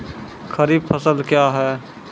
खरीफ फसल क्या हैं?